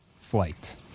flight